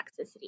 toxicity